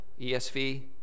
ESV